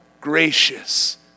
gracious